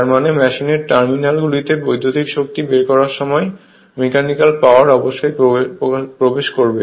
যার মানে মেশিনের টার্মিনাল গুলিতে বৈদ্যুতিক শক্তি বের করার সময় মেকানিক্যাল পাওয়ার অবশ্যই প্রবেশ করাতে হবে